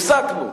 הפסקנו.